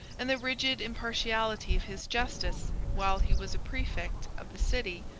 and the rigid impartiality of his justice, while he was a praefect of the city,